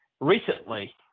recently